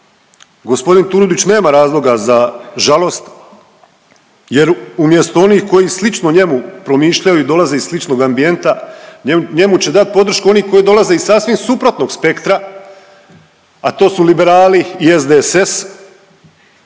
gospodin Turudić nema razloga za žalost jer umjesto onih koji slično njemu promišljaju i dolaze iz sličnog ambijenta, njemu će dat podršku oni koji dolaze iz sasvim suprotno spektra, a to su liberali i SDSS,